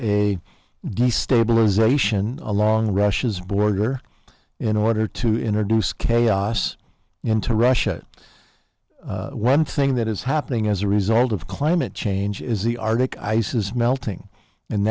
a stabilization along russia's border in order to introduce chaos into russia one thing that is happening as a result of climate change is the arctic ice is melting and